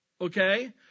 okay